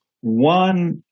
one